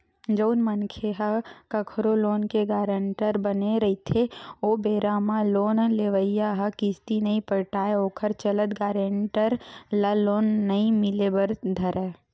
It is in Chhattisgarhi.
जउन मनखे ह कखरो लोन के गारंटर बने रहिथे ओ बेरा म लोन लेवइया ह किस्ती नइ पटाय ओखर चलत गारेंटर ल लोन नइ मिले बर धरय